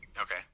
Okay